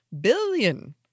billion